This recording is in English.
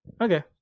Okay